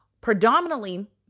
predominantly